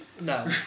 No